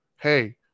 Hey